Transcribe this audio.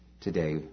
today